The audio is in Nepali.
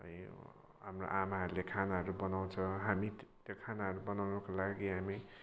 है हाम्रो आमाहरूले खानाहरू बनाउँछ हामी त्यो खानाहरू बनाउनको लागि हामी